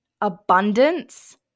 abundance